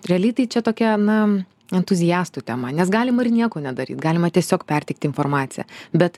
realiai tai čia tokia na entuziastų tema nes galima ir nieko nedaryt galima tiesiog perteikti informaciją bet